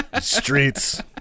Streets